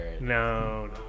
no